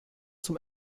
zum